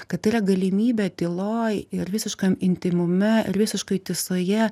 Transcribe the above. kad tai yra galimybė tyloj ir visiškam intymume ir visiškoj tiesoje